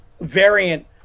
variant